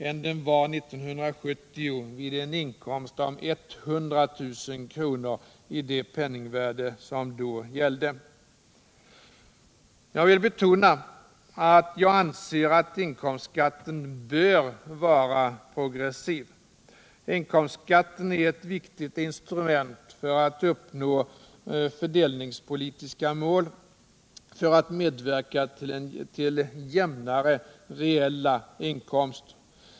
än den var 1970 vid en inkomst på 100 000 kr. i det penningvärde som då gällde. Jag vill betona att jag anser att inkomstskatten bör vara progressiv. Inkomstskatten är ett viktigt instrument för att uppnå fördelningspolitiska mål, för att medverka till jämnare reella inkomster.